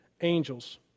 angels